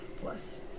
plus